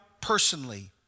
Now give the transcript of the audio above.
personally